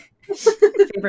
Favorite